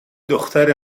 دختر